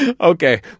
Okay